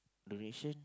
donation